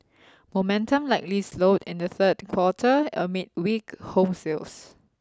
momentum likely slowed in the third quarter amid weak home sales